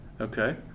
Okay